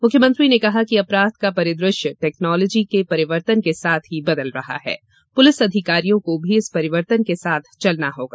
मुख्यमंत्री ने कहा कि अपराध का परिदृश्य टेक्नोलॉजी के परिवर्तन के साथ ही बदल रहा है पुलिस अधिकारियों को भी इस परिवर्तन के साथ चलना होगा